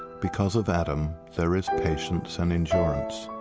because of adam there is patience and endurance.